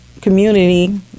community